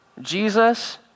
Jesus